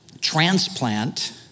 transplant